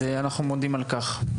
אז אנחנו מודים על כך.